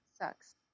sucks